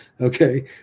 Okay